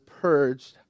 purged